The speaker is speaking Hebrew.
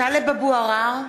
טלב אבו עראר,